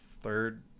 third